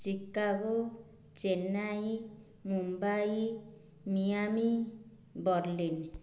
Chicago Chennai Mumbai Miami Berlin